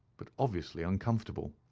but obviously uncomfortable.